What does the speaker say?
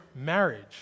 marriage